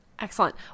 Excellent